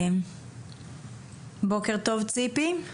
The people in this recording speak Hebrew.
בוקר טוב ציפי.